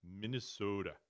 Minnesota